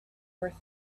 worth